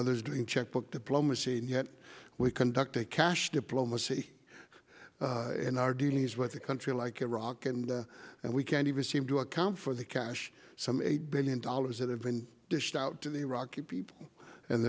others doing checkbook diplomacy and yet we conduct a cash diplomacy in our dealings with a country like iraq and and we can't even seem to account for the cash some eight billion dollars that have been dished out to the iraqi people and